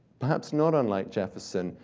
perhaps not unlike jefferson,